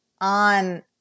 on